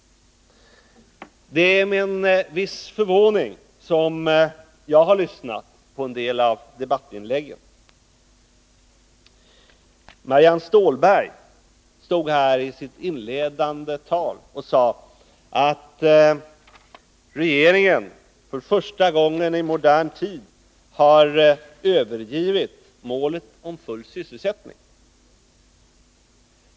Det är med en viss förvåning som jag har lyssnat till en del av debattinläggen. Marianne Stålberg sade i sitt inledande anförande att regeringen för första gången i modern tid har övergivit målet full sysselsättning.